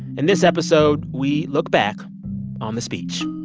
and this episode, we look back on the speech.